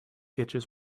itches